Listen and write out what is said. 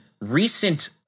recent